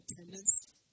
attendance